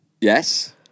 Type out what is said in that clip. Yes